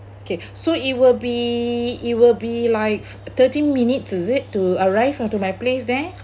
okay so it will be it will be like thirty minutes is it to arrive onto my place there